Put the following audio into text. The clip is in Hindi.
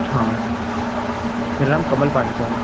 हाँ मेरा नाम कमल पांचाल है